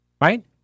right